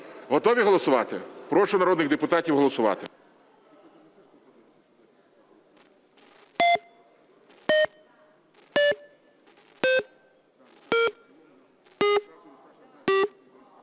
Готові голосувати? Прошу народних депутатів голосувати.